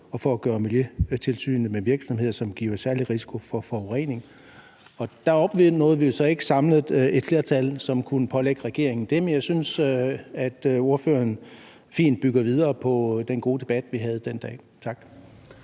og forbedre miljøtilsynet med virksomheder, som giver særlig risiko for forurening. Men der opnåede vi jo ikke samlet et flertal, som kunne pålægge regeringen det. Men jeg synes, at ordføreren fint bygger videre på den gode debat, vi havde den dag. Tak.